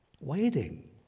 Waiting